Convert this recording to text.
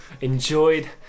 enjoyed